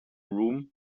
room